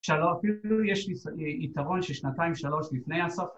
‫שלו אפילו יש לי יתרון ‫של שנתיים-שלוש לפני הסוף.